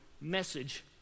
message